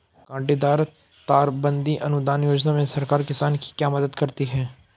कांटेदार तार बंदी अनुदान योजना में सरकार किसान की क्या मदद करती है?